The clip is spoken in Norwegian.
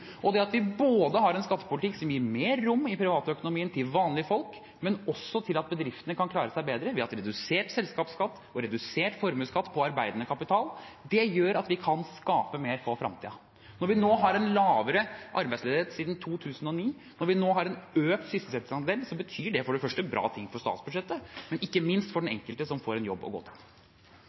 har en skattepolitikk som både gir mer rom i privatøkonomien til vanlige folk, og også fører til at bedriftene kan klare seg bedre – vi har hatt redusert selskapsskatt og redusert formuesskatt på arbeidende kapital – gjør at vi kan skape mer for fremtiden. Når vi nå har den laveste arbeidsledigheten siden 2009, når vi nå har en økt sysselsettingsandel, betyr det for det første bra ting for statsbudsjettet, og ikke minst for den enkelte, som får en jobb å gå til.